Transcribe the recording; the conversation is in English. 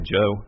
Joe